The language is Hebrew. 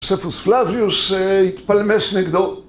יוספוף פלביוס התפלמס נגדו